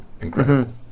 incredible